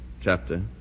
chapter